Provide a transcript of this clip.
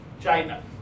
China